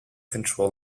control